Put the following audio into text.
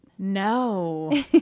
No